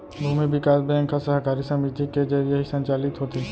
भूमि बिकास बेंक ह सहकारी समिति के जरिये ही संचालित होथे